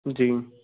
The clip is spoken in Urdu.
جی